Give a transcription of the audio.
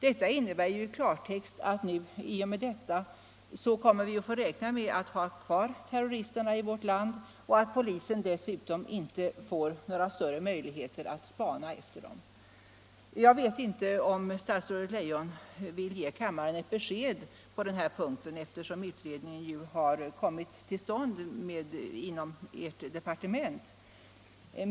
Det innebär i klartext att vi i och med detta kommer att få räkna med att ha kvar terroristerna i vårt land och att polisen dessutom får minskade möjligheter att spana efter dem. Vill statsrådet Leijon ge kammaren ett besked i den här frågan eftersom utredningen har kommit till stånd inom ert departement?